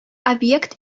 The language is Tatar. объект